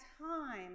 time